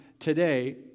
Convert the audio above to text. Today